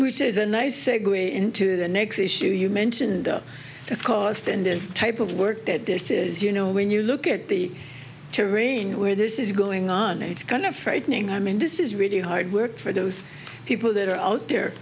which is a nice segue into the next issue you mentioned the cost and the type of work that this is you know when you look at the to rain where this is going on it's kind of frightening i mean this is really hard work for those people that are out there